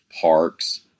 Parks